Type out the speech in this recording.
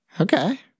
Okay